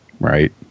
Right